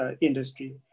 industry